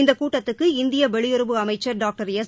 இந்த கூட்டத்துக்கு இந்திய வெளியுறவு அமைச்சர் டாக்டர் எஸ்